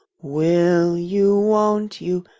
will you, won't you,